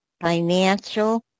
financial